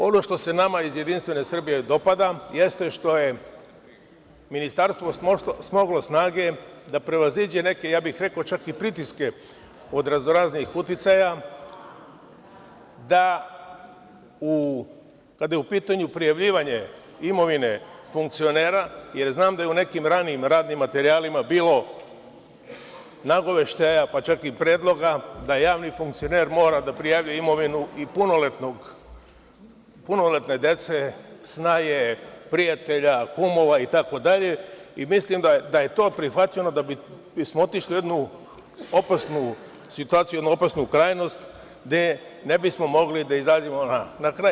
Ono što se nama iz JS dopada jeste što je Ministarstvo smoglo snage da prevaziđe neke, ja bih rekao, čak i pritiske od raznoraznih uticaja, da kada je u pitanju prijavljivanje imovine funkcionera, jer znam da je u nekim ranijim radnim materijalima bilo nagoveštaja, pa čak i predloga, da javni funkcioner mora da prijavljuje imovinu i punoletne dece, snaje, prijatelja, kumova itd. i mislim da je to prihvaćeno da bismo otišli u jednu opasnu situaciju, jednu opasnu krajnost, gde ne bismo mogli da izađemo na kraj.